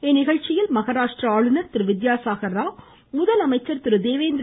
இந்நிகழ்ச்சியில் மகாராஷ்ட்ரா ஆளுநர் திரு வித்யாசாகர் ராவ் முதலமைச்சர் திரு தேவேந்திர